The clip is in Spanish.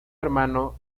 hermano